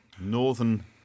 Northern